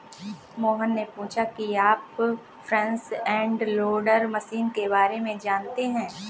मोहन ने पूछा कि क्या आप फ्रंट एंड लोडर मशीन के बारे में जानते हैं?